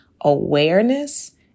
awareness